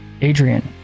adrian